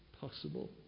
possible